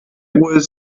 was